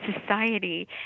society